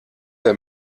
der